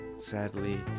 sadly